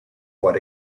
what